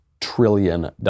trillion